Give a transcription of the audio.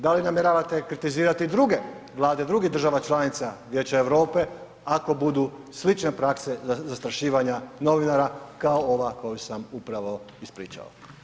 Da li namjeravate kritizirati druge, vlade drugih država članica Vijeća Europe ako budu slične prakse zastrašivanja novinara kao ova koju sam upravo ispričao?